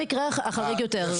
זה המקרה החריג יותר.